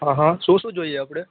હા હા શું શું જોઈએ આપણે